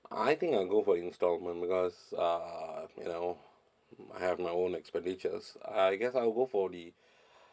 I think I'll go for instalment because uh you know I have my own expenditures I guess I will go for the